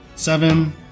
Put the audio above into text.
Seven